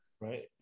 Right